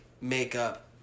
makeup